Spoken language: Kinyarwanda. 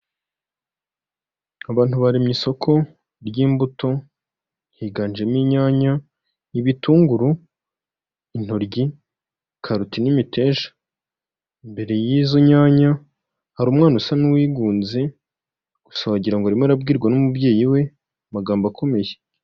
Abantu bari mu isoko ry'imbuto higanjemo inyanya, ibitunguru, intoryi, karoti, n'imiteja imbere y'izo nyanya hari umwana usa n'uwigunze gusa wagira ngo arimo arabwirwa n'umubyeyi we amagambo akomeye.